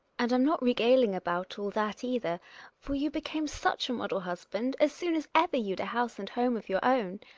and i'm not regaling about all that either for you became such a model husband as soon as ever you'd a house and home of your own.